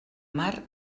mar